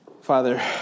Father